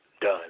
done